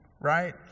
right